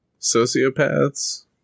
sociopaths